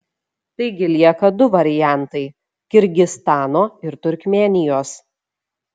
taigi lieka du variantai kirgizstano ir turkmėnijos